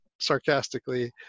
sarcastically